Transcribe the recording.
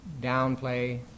downplay